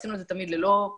עשינו את זה תמיד ללא פרסום,